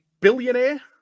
billionaire